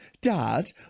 Dad